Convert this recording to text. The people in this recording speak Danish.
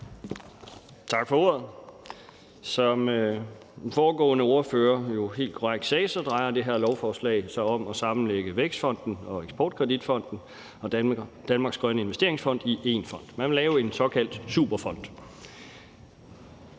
Tak for ordet. Som den foregående ordfører helt korrekt sagde, drejer det her lovforslag sig om at sammenlægge Vækstfonden og Danmarks Eksportkredit og Danmarks Grønne Investeringsfond i én fond. Man vil lave en såkaldt superfond.